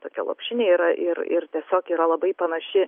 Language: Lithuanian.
tokia lopšinė yra ir ir tiesiog yra labai panaši